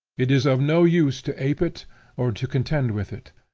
it is of no use to ape it or to contend with it.